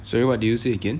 sorry what did you say again